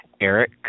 Eric